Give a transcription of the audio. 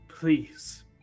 Please